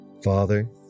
Father